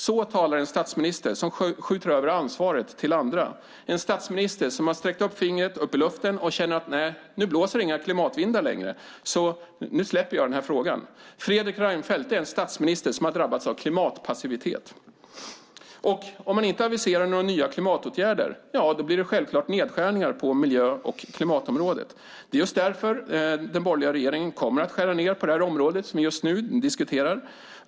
Så talar en statsminister som skjuter över ansvaret till andra, en statsminister som har sträckt upp fingret upp i luften och känt att nu blåser det inga klimatvindar längre, så han släpper frågan. Fredrik Reinfeldt är en statsminister som har drabbats av klimatpassivitet. Om man inte aviserar några nya klimatåtgärder, ja, då blir det självklart nedskärningar på miljö och klimatområdet. Det är just därför den borgerliga regeringen kommer att skära ned på det utgiftsområde som vi just nu diskuterar.